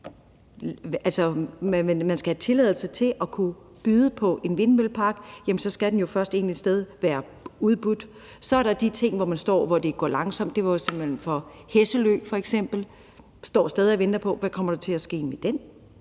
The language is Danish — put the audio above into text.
at man skal have tilladelse til at kunne byde på en vindmøllepark, skal den jo et eller andet sted først være udbudt. Så er der de ting, hvor det går langsomt. Sådan var det f.eks. simpelt hen for Hesselø. Man står stadig og venter på, hvad der kommer til at ske med den.